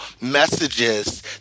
messages